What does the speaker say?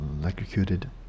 electrocuted